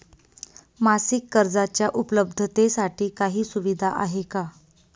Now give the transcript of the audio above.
मासिक कर्जाच्या उपलब्धतेसाठी काही सुविधा आहे का?